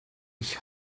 ich